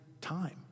time